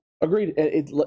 Agreed